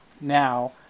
Now